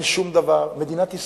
אין שום דבר, מדינת ישראל,